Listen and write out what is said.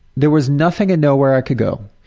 there was nothing and nowhere i could go.